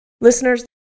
Listeners